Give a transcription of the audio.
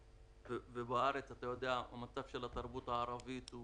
בארץ המצב של התרבות הערבית זה